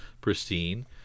pristine